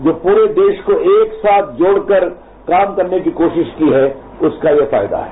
वो पूरे देश को एक साथ जोड़कर काम करने की कोशिश की है उसका ये फायदा है